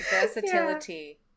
versatility